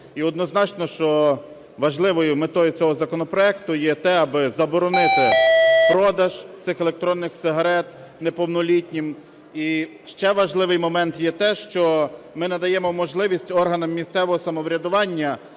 І однозначно, що важливою метою цього законопроекту є те, аби заборонити продаж цих електронних сигарет неповнолітнім. І ще важливим моментом є те, що ми надаємо можливість органам місцевого самоврядування